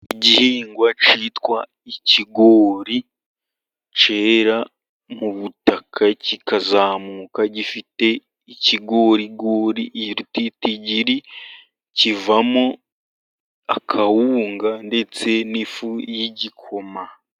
Igihingwa cyitwa ikigori, cyera mu butaka kikazamuka gifite ikigorigori irititigiri, kivamo akawunga ndetse n'ifu y'igikoma.